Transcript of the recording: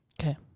Okay